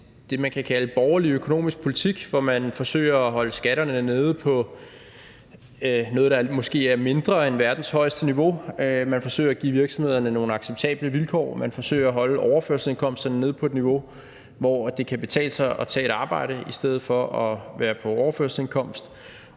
det, man kan kalde borgerlig økonomisk politik – hvor man forsøger at holde skatterne nede på noget, der måske er mindre end verdens højeste niveau; forsøger at give virksomhederne nogle acceptable vilkår; forsøger at holde overførselsindkomsterne nede på et niveau, hvor det kan betale sig at tage et arbejde i stedet for at være på overførselsindkomst;